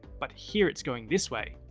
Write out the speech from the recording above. but here its going this way.